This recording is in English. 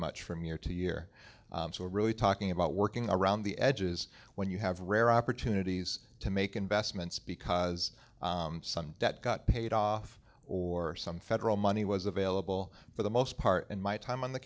much from year to year so we're really talking about working around the edges when you have rare opportunities to make investments because some debt got paid off or some federal money was available for the most part in my time on the